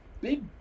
big